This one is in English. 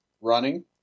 running